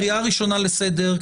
קריאה ראשונה לסדר.